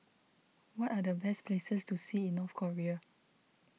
what are the best places to see in North Korea